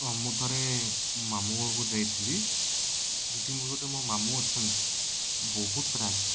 ହଁ ମୁଁ ଥରେ ମାମୁଁ ଘରକୁ ଯାଇଥିଲି ସେଠି ମୋର ଗୋଟେ ମୋ ମାମୁଁ ଅଛନ୍ତି ସେ ବହୁତ ରାଗି